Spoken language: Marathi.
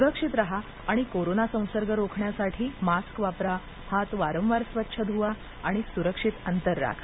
सुरक्षित राहा आणि कोरोना संसर्ग रोखण्यासाठी मास्क वापरा हात वारंवार स्वच्छ धुवा सुरक्षित अंतर ठेवा